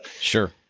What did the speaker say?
sure